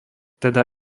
teda